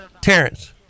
Terrence